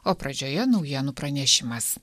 o pradžioje naujienų pranešimas